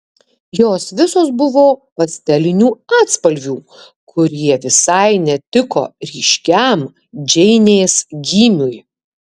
jos visos buvo pastelinių atspalvių kurie visai netiko ryškiam džeinės gymiui